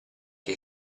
che